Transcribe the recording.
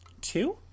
two